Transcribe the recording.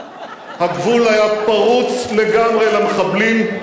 הגבול היה פרוץ לגמרי למחבלים,